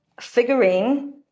figurine